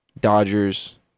Dodgers